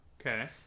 Okay